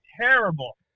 terrible